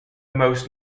most